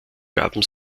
gaben